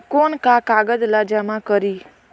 कौन का कागज ला जमा करी?